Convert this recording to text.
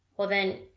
well then,